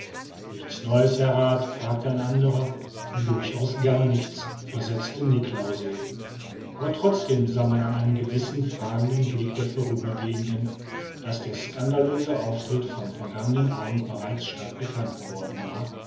nichts neues herr rath fragte ein anderer durchaus gar nichts versetzte niklausse aber trotzdem sah man an einem gewissen fragenden blick der vorübergehenden daß der scandalöse auftritt vom vergangenen abend bereits stadtbekannt geworden war